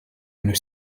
une